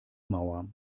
mauer